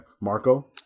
Marco